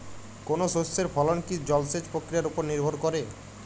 কোনো শস্যের ফলন কি জলসেচ প্রক্রিয়ার ওপর নির্ভর করে?